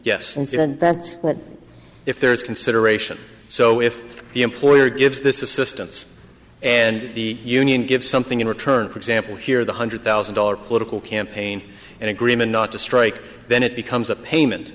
then that's if there's consideration so if the employer gives this is systems and the union give something in return for example here the hundred thousand dollars political campaign and agreement not to strike then it becomes a payment